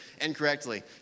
incorrectly